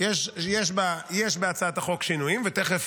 יש בהצעת החוק שינויים, ותכף